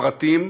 הפרטים,